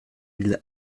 mille